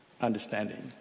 understanding